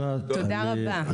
תודה רבה.